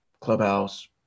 Clubhouse